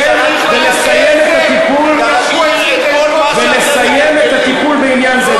ולסיים את הטיפול את הטיפול בעניין זה.